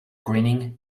grinning